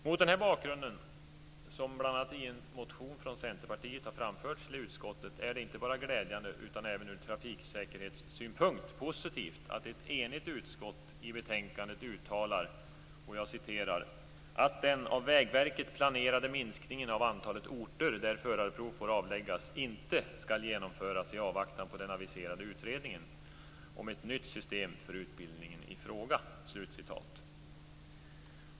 Mot den här bakgrunden, som bl.a. har framförts till utskottet genom en motion från Centerpartiet, är det inte bara glädjande utan även ur trafiksäkerhetssynpunkt positivt att ett enigt utskott i betänkandet uttalar "att den av Vägverket planerade minskningen av antalet orter där förarprov får avläggas inte skall genomföras i avvaktan på den aviserade utredningen om ett nytt system för utbildningen i fråga".